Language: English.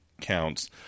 counts